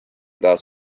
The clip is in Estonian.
taas